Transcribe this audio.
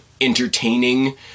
entertaining